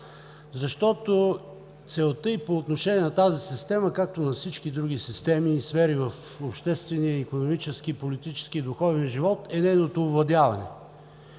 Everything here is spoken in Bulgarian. защото целта й по отношение на тази система, както на всички други система и сфери в обществения, икономически, политически и духовен живот е нейното овладяване